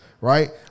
right